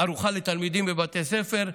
ארוחה לתלמידים בבתי ספר,